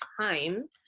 time